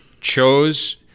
chose